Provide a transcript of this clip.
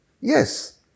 Yes